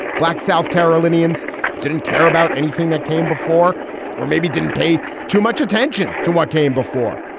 black south carolinians didn't care about anything that came before or maybe didn't pay too much attention to what came before.